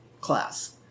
class